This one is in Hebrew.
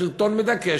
שלטון מדכא,